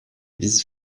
vice